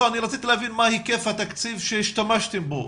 רציתי להבין מה היקף התקציב שהשתמשתם בו.